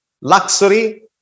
luxury